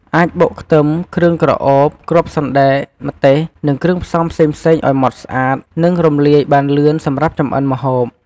អាចបុកខ្ទឹម គ្រឿងក្រអូប គ្រាប់សណ្តែក ម្ទេស និងគ្រឿងផ្សំផ្សេងៗ ឲ្យម៉ត់ ស្អាត និងរំលាយបានលឿនសម្រាប់ចម្អិនម្ហូប។